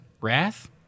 Wrath